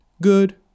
Good